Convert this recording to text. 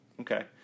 Okay